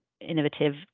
innovative